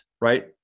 right